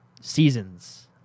Seasons